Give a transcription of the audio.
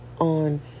on